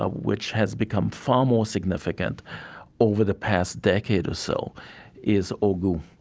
ah which has become far more significant over the past decade or so is ogou.